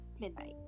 midnight